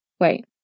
Wait